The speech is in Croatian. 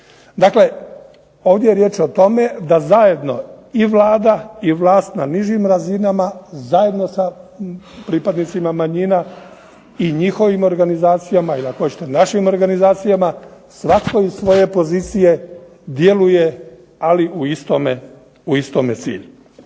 Dakle, ovdje je riječ o tome da zajedno i Vlada i vlast na nižim razinama zajedno sa pripadnicima manjina i njihovim organizacijama ili ako hoćete našim organizacijama, svatko iz svoje pozicije djeluje, ali u istome cilju.